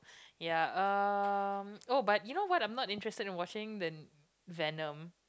ya um oh but you know what I'm not interested in watching the Venom